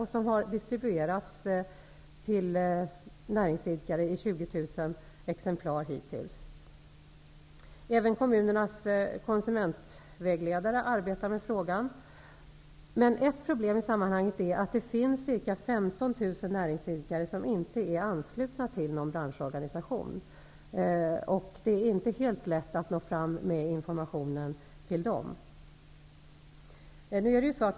Hittills har 20 000 Även kommunernas konsumentvägledare arbetar med frågan. Men ett problem i sammanhanget är att det finns ca 15 000 näringsidkare som inte är anslutna till någon branschorganisation. Det är inte helt lätt att nå fram med informationen till dem.